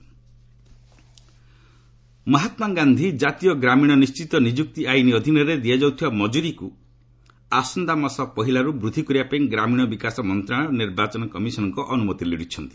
rural MGNREGA Mahatma Gandhi ଜାତୀୟ ଗ୍ରାମୀଣ ନିଶ୍ଚିତ ନିଯୁକ୍ତି ଆଇନ୍ ଅଧୀନରେ ଦିଆଯାଉଥିବା ମଜୁରୀକୁ ଆସନ୍ତାମାସ ପହିଲାରୁ ବୃଦ୍ଧି କରିବା ପାଇଁ ଗ୍ରାମୀଣ ବିକାଶ ମନ୍ତ୍ରଣାଳୟ ନିର୍ବାଚନ କମିଶନଙ୍କ ଅନୁମତି ଲୋଡ଼ିଛନ୍ତି